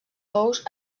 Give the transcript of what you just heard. ous